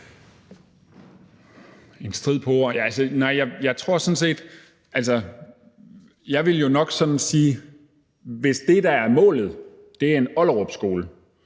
En strid på ord, nej, jeg tror det sådan set ikke. Jeg ville jo nok sådan sige, at hvis det, der er målet, er en Ollerupskole,